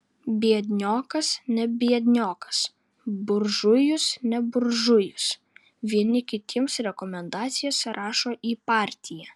biedniokas ne biedniokas buržujus ne buržujus vieni kitiems rekomendacijas rašo į partiją